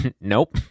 Nope